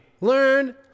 learn